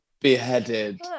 beheaded